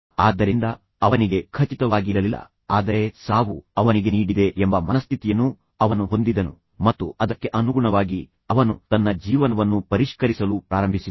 ಆದ್ದರಿಂದ ಅವನಿಗೆ ಖಚಿತವಾಗಿರಲಿಲ್ಲ ಆದರೆ ಸಾವು ಅವನಿಗೆ ನೀಡಿದೆ ಎಂಬ ಮನಸ್ಥಿತಿಯನ್ನು ಅವನು ಹೊಂದಿದ್ದನು ಮತ್ತು ಅದಕ್ಕೆ ಅನುಗುಣವಾಗಿ ಅವನು ತನ್ನ ಜೀವನವನ್ನು ಪರಿಷ್ಕರಿಸಲು ಪ್ರಾರಂಭಿಸಿದನು